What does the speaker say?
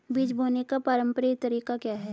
बीज बोने का पारंपरिक तरीका क्या है?